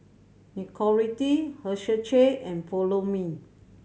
Nicorette Herschel and Follow Me